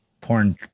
porn